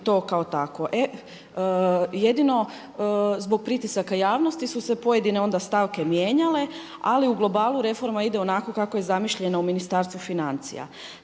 jedino zbog pritisaka javnosti su se pojedine onda stavke mijenjale ali u globalu reforma ide onako kako je zamišljena u Ministarstvu financija.